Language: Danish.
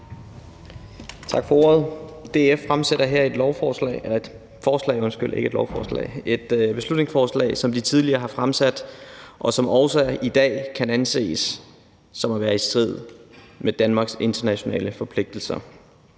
Tak for ordet. DF har her fremsat et beslutningsforslag, som de tidligere har haft fremsat, og som også i dag kan anses for at være i strid med Danmarks internationale forpligtelser.